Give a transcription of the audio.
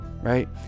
Right